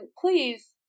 please